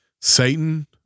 Satan